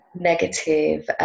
negative